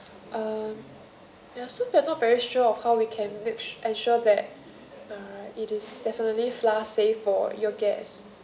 um we're also not very sure of how we can make su~ ensure that uh it is definitely flour safe for your guests